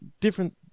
different